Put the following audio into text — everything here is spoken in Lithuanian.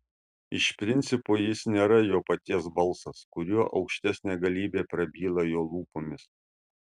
iš principo jis nėra jo paties balsas kuriuo aukštesnė galybė prabyla jo lūpomis